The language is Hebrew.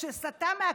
כשסטה מהכביש,